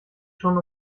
schon